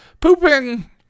pooping